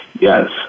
Yes